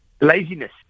laziness